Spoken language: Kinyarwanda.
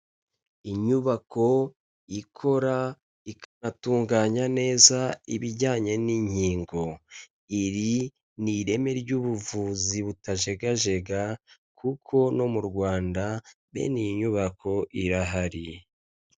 Inyubako ikora ikanatunganya neza ibijyanye n'inkingo, iri ni ireme ry'ubuvuzi butajegajega, kuko no mu Rwanda bene iyi nyubako irahari.